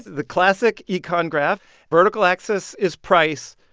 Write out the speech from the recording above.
the classic econ graph. vertical axis is price.